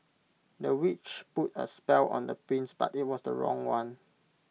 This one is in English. the witch put A spell on the prince but IT was the wrong one